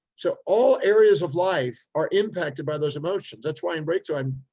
so all areas of life are impacted by those emotions. that's why in breakthrough i'm,